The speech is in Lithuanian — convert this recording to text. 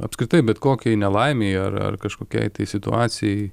apskritai bet kokiai nelaimei ar ar kažkokiai tai situacijai